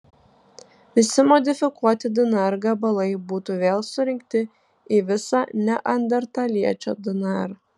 visi modifikuoti dnr gabalai būtų vėl surinkti į visą neandertaliečio dnr